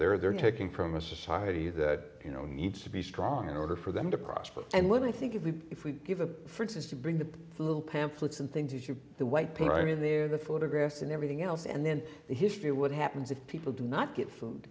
they're taking from a society that you know needs to be strong in order for them to prosper and when i think if we if we give a for instance to bring the little pamphlet something to the white people i mean they're the photographs and everything else and then the history of what happens if people do not get food